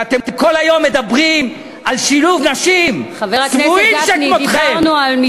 אתם כל היום מדברים על שילוב נשים, צבועים שכמוכם.